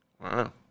Wow